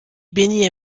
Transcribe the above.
beni